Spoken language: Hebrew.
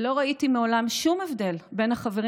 ולא ראיתי מעולם שום הבדל בין החברים